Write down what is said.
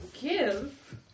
give